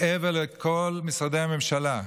מעבר לכל משרדי הממשלה,